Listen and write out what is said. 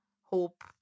hope